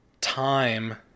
time